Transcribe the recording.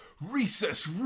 recess